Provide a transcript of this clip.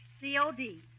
C-O-D